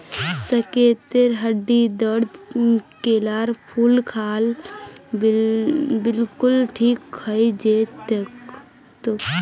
साकेतेर हड्डीर दर्द केलार फूल खा ल बिलकुल ठीक हइ जै तोक